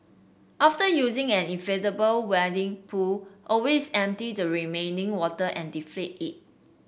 after using an inflatable wading pool always empty the remaining water and deflate it